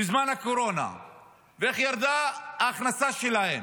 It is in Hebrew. בזמן הקורונה ואיך ירדה ההכנסה שלהן.